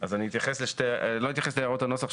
אני לא אתייחס להערות הנוסח,